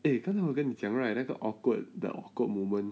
eh 刚才我跟你讲 right 那个 awkward the awkward moment